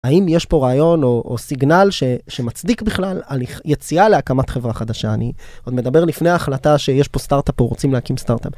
האם יש פה רעיון או סיגנל שמצדיק בכלל על יציאה להקמת חברה חדשה? אני עוד מדבר לפני ההחלטה שיש פה סטארט-אפ ורוצים להקים סטארט-אפ.